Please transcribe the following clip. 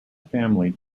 family